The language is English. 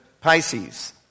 Pisces